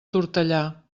tortellà